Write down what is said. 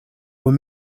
were